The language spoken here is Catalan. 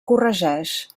corregeix